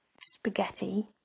spaghetti